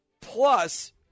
Plus